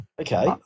Okay